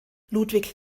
ludwig